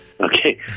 Okay